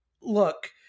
look